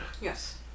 Yes